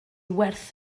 werth